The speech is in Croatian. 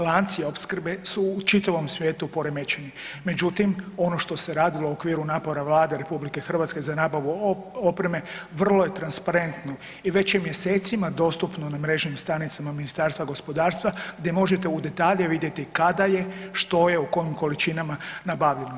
Lanci opskrbe su u čitavom svijetu poremećeni, međutim ono što se radilo u okviru napora Vlade RH za nabavu opreme vrlo je transparentno i već je mjesecima dostupno na mrežnim stranicama Ministarstva gospodarstva gdje možete u detalje vidjeti, kada je što je u kojim količinama nabavljeno.